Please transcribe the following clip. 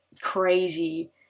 crazy